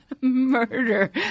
Murder